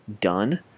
done